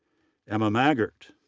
emma maggart,